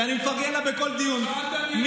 שאני מפרגן לה בכל דיון, שאלת, אני אענה.